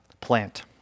plant